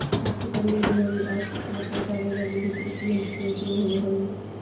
खाद के प्रयोग लगी आउ कीटनाशक डाले लगी भी कृषियन्त्र के उपयोग होवऽ हई